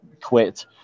quit